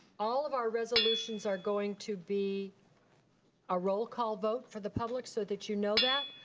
all of our resolutions are going to be a roll call vote for the public so that you know that.